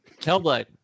Hellblade